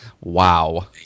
Wow